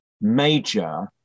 major